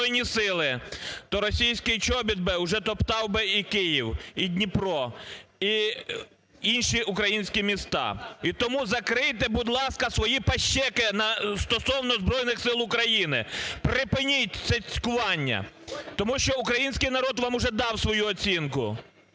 то російський чобіт вже топтав би і Київ, і Дніпро, і інші українські міста. І тому закрийте, будь ласка, свої пащеки стосовно Збройних Сил України. Припиніть це цькування, тому що український народ вам вже дав свою оцінку,